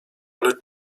ale